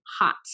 hot